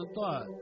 thought